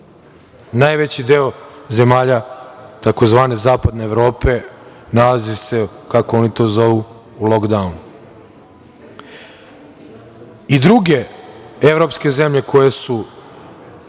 Najveći deo zemalja tzv. zapadne Evrope nalazi se, kako oni to zovu, u lokdaunu. I druge evropske zemlje koje su